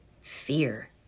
fear